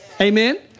Amen